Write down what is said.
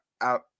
out